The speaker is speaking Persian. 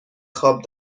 خواب